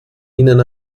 ihnen